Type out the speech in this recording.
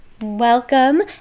Welcome